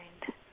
mind